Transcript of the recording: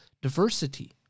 diversity